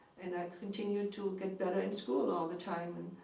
and i continued to get better in school all the time. and